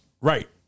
Right